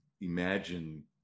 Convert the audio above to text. imagine